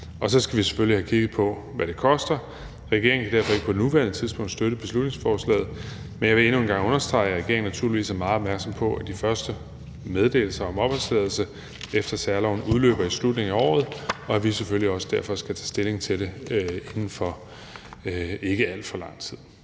Så skal vi selvfølgelig have kigget på, hvad det koster. Regeringen kan derfor ikke på nuværende tidspunkt støtte beslutningsforslaget, men jeg vil endnu en gang understrege, at regeringen naturligvis er meget opmærksom på, at de første meddelelser om opholdstilladelse efter særloven udløber i slutningen af året, og at vi selvfølgelig også derfor skal tage stilling til det inden for ikke alt for lang tid.